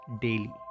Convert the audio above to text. daily